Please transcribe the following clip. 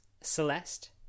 Celeste